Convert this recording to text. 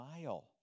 smile